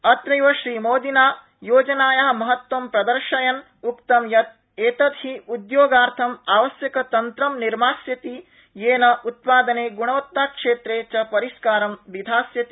अत्रैव श्री मोदिना योजनाया महत्वं प्रदर्शयन् उक्तं यत् एतत् हि उद्योगार्थम् आवश्यक तन्त्रं निर्मास्यति येन उत्पादने ग्णवताक्षेत्रे च परिष्कारं विधास्यति